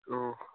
অঁ